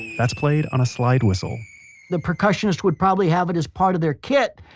that's played on a slide whistle the percussionist would probably have it as part of their kit,